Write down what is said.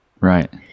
Right